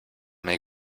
nei